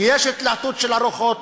כי יש התלהטות של הרוחות.